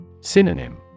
Synonym